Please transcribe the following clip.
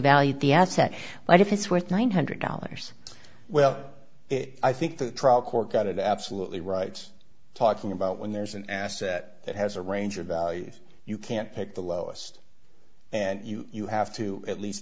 valued the asset but if it's worth nine hundred dollars well i think the trial court got it absolutely right talking about when there's an asset that has a range of values you can't pick the lowest and you you have to at